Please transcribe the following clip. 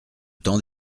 temps